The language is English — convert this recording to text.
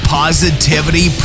positivity